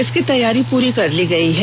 इसकी तैयारी पूरी कर ली गई है